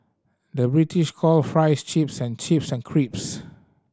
the British call fries chips and chips and